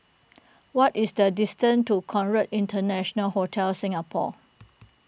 what is the distance to Conrad International Hotel Singapore